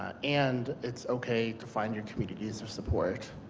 ah and it's okay to find your communities of support.